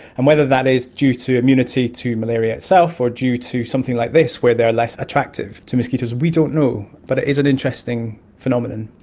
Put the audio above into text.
and whether that is due to immunity to malaria itself or due to something like this where they are less attractive to mosquitoes we don't know, but it is an interesting phenomenon.